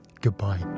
goodbye